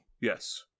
Yes